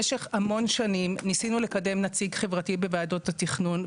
במשך המון שנים ניסינו לקדם נציג חברתי בוועדות התכנון,